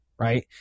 Right